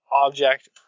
object